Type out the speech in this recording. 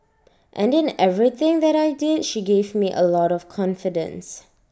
and in everything that I did she gave me A lot of confidence